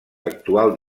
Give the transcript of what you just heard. actual